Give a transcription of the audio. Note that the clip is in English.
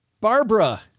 Barbara